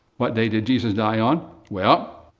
what day did jesus die on? well,